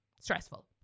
stressful